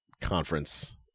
conference